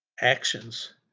actions